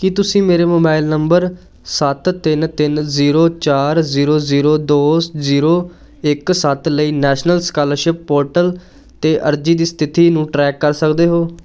ਕੀ ਤੁਸੀਂ ਮੇਰੇ mobile number ਸੱਤ ਤਿੰਨ ਤਿੰਨ ਜ਼ੀਰੋ ਚਾਰ ਜ਼ੀਰੋ ਜ਼ੀਰੋ ਦੋ ਜ਼ੀਰੋ ਇਕ ਸੱਤ ਲਈ ਨੈਸ਼ਨਲ ਸਕਾਲਰਸ਼ਿਪ ਪੋਰਟਲ 'ਤੇ ਅਰਜ਼ੀ ਦੀ ਸਥਿਤੀ ਨੂੰ ਟਰੈਕ ਕਰ ਸਕਦੇ ਹੋ